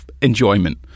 enjoyment